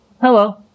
Hello